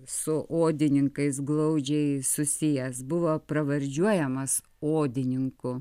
su odininkais glaudžiai susijęs buvo pravardžiuojamas odininku